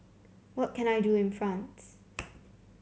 what can I do in France